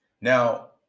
Now